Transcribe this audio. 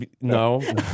no